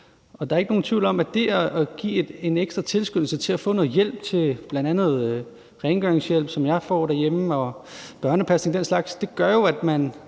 Der er jo ikke nogen tvivl om, at det at give en ekstra tilskyndelse til, at man kan få noget hjælp til bl.a. rengøring, som jeg får det derhjemme, og børnepasning og den slags, gør, at man